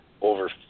over